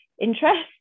interest